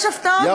יש הפתעות בכנסת.